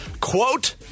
Quote